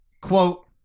quote